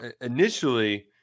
initially